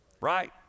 Right